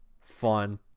fun